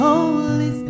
Holy